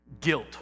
guilt